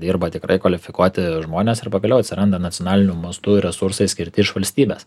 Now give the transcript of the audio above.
dirba tikrai kvalifikuoti žmonės ir pagaliau atsiranda nacionaliniu mastu resursai skirti iš valstybės